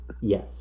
Yes